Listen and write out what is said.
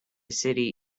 city